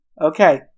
Okay